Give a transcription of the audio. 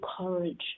courage